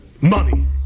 Money